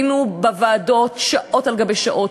היינו בוועדות שעות על שעות,